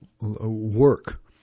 work